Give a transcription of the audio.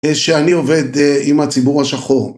שאני עובד עם הציבור השחור